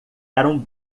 eram